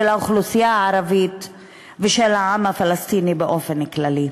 של האוכלוסייה הערבית ושל העם הפלסטיני באופן כללי.